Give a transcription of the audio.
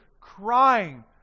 crying